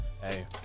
Hey